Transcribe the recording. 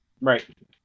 Right